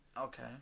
Okay